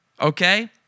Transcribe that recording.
Okay